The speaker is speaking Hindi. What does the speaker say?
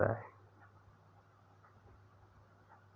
जरूरतमन्द संस्थाओं को कुछ उद्यमियों के द्वारा फंडिंग किया जाता है